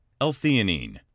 L-theanine